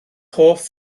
hoff